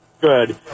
Good